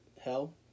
hell